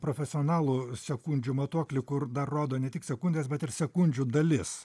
profesionalų sekundžių matuoklį kur dar rodo ne tik sekundes bet ir sekundžių dalis